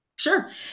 Sure